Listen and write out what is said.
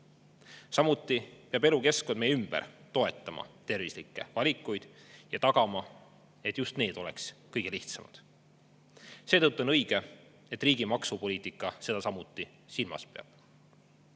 Samuti peab elukeskkond meie ümber toetama tervislikke valikuid ja tagama, et just need oleksid kõige lihtsamad. Seetõttu on õige, et riigi maksupoliitika seda samuti silmas